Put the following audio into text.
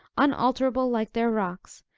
unalterable like their rocks,